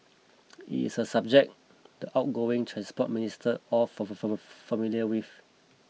it is a subject the outgoing Transport Minister all familiar with